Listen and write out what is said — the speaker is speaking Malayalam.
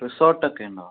റിസോർട്ട് ഒക്കെ ഉണ്ടോ